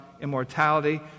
immortality